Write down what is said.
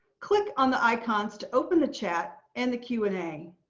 click on the icons to open the chat and the q and a.